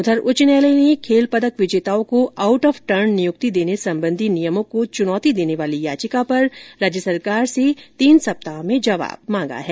इधर उच्च न्यायालय ने खेल पदक विजेताओं को आउट ऑफ टर्न नियुक्ति देने संबंधी नियमों को चुनौती देने वाली याचिका पर राज्य सरकार से तीन सप्ताह में जवाब मांगा है